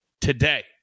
today